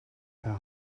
per